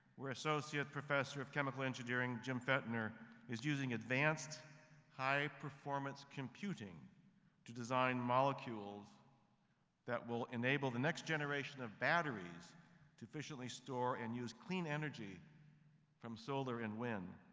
where associate professor of chemical engineering jim pfaendtner is using advanced high performance computing to design molecules that will enable the next generation of batteries to efficiently store and use clean energy from solar and wind.